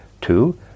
Two